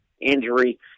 injury